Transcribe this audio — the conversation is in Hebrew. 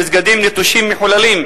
מסגדים נטושים מחוללים,